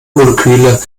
moleküle